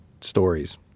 stories